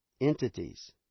entities